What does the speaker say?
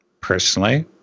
Personally